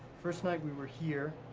first night, we were here.